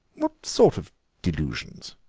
what sort of delusions?